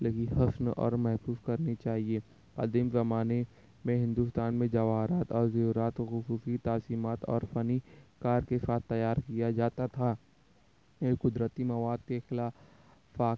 لگی حسن اور محفوظ کرنی چاہیے قدیم زمانے میں ہندوستان میں جواہرات اور زیورات کی خصوصی تقسیمات اور فنی کا تیار کیا جاتا تھا یہ قدرتی مواقع کا